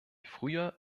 früher